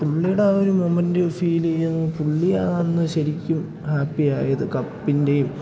പുള്ളിയുടെ ഒരു മൊമെൻറ്റ് ഫീലിയാ പുള്ളിയാണെന്ന് ശരിക്കും ഹാപ്പിയായത് കപ്പിൻ്റെയും